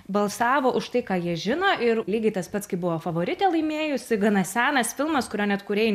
balsavo už tai ką jie žino ir lygiai tas pats kaip buvo favoritė laimėjusi gana senas filmas kurio net kūrėjai